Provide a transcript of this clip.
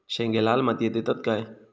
शेंगे लाल मातीयेत येतत काय?